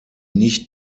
nicht